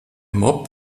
mob